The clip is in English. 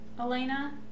Elena